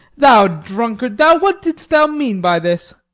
thou drunkard, thou, what didst thou mean by this?